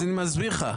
אני מסביר לך.